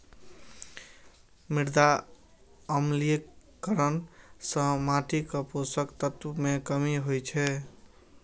मृदा अम्लीकरण सं माटिक पोषक तत्व मे कमी होइ छै